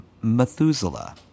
Methuselah